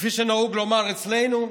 וכפי שנהוג לומר אצלנו,